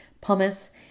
pumice